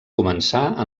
començar